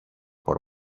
por